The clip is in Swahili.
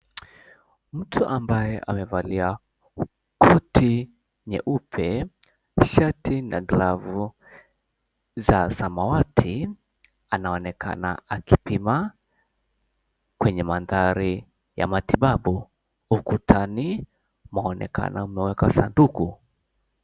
Mtu ambaye amevalia koti nyeupe, shati na glavu za samawati, anaonekana akipima kwenye mandhari ya matibabu. Ukutani mwaonekana mmewekwa sanduku.